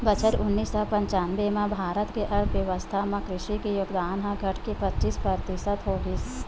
बछर उन्नीस सौ पंचानबे म भारत के अर्थबेवस्था म कृषि के योगदान ह घटके पचीस परतिसत हो गिस